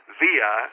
via